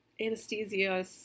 anesthesia